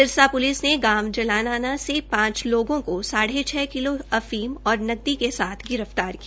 Sirsa police ने गांव जलालआणा से पांच लोगों को साढ़े छ किलो अफीम और नकदी के साथ गिरफ्तार किया